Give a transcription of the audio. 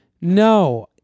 No